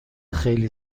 خیلی